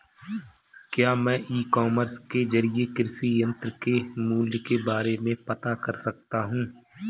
क्या मैं e commerce के ज़रिए कृषि यंत्र के मूल्य के बारे में पता कर सकता हूँ?